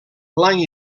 blanc